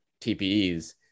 TPEs